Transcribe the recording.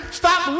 stop